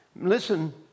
listen